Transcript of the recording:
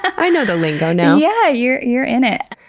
i know the lingo now. yeah! you're you're in it!